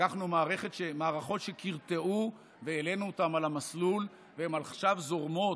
לקחנו מערכות שקרטעו והעלינו אותן על המסלול והן עכשיו זורמות,